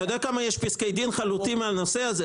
אתה יודע כמה פסקי דין חלוטים יש על הנושא הזה?